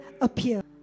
appear